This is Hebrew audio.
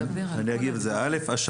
אני